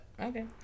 okay